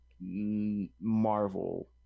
Marvel